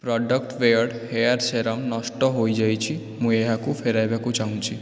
product beard hair serum ନଷ୍ଟ ହୋଇଯାଇଛି ମୁଁ ଏହାକୁ ଫେରାଇବାକୁ ଚାହୁଁଛି